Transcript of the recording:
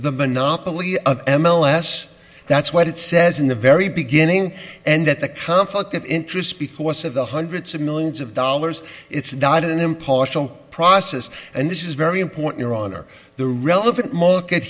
the monopoly of m l s that's what it says in the very beginning and that the conflict of interest because of the hundreds of millions of dollars it's not an impartial process and this is very important or honor the relevant m